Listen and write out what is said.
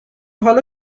حالا